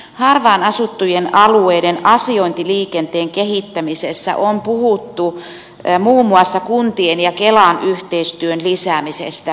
harvaan asuttujen alueiden asiointiliikenteen kehittämisessä on puhuttu muun muassa kuntien ja kelan yhteistyön lisäämisestä